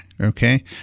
okay